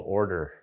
order